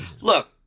Look